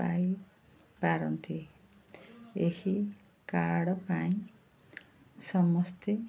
ପାଇପାରନ୍ତି ଏହି କାର୍ଡ଼ ପାଇଁ ସମସ୍ତେ